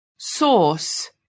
Source